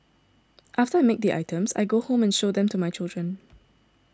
after I make the items I go home and show them to my children